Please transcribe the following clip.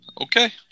Okay